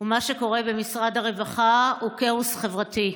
ומה שקורה במשרד הרווחה הוא כאוס חברתי.